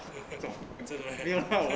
真这 my hair